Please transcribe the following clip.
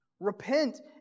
Repent